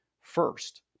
first